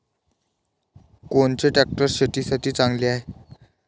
कोनचे ट्रॅक्टर शेतीसाठी चांगले हाये?